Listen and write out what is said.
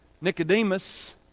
Nicodemus